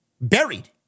Buried